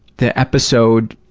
the episode,